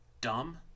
dumb